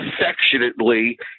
affectionately